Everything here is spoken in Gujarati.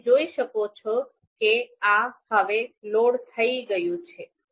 તમે જોઈ શકો છો કે આ હવે લોડ થઈ ગયું છે